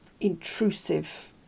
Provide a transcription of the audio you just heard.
intrusive